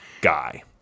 guy